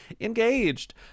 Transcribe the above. engaged